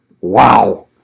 Wow